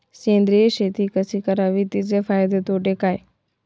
सेंद्रिय शेती कशी करावी? तिचे फायदे तोटे काय?